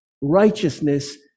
righteousness